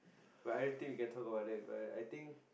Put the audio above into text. but everything we can talk about that but I think